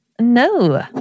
No